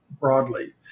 broadly